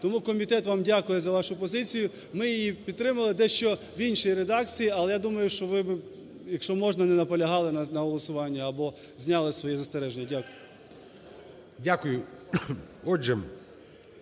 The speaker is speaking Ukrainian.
Тому комітет вам дякує за вашу позицію ми її підтримали дещо в іншій редакції, але я думаю, що ви би, якщо можна не на полягали на голосуванні або зняли своє застереження. Дякую.